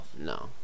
No